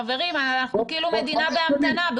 חברים, אנחנו כאילו מדינה בהמתנה.